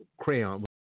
Crayon